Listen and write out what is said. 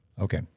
Okay